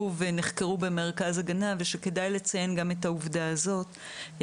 ונחקרו במרכז הגנה ושכדאי לציין גם את העובדה הזאת.